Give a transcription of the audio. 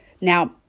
Now